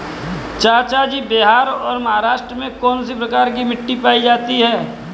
चाचा जी बिहार और महाराष्ट्र में कौन सी प्रकार की मिट्टी पाई जाती है?